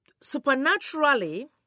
supernaturally